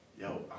yo